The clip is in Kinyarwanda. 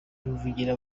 tuvugira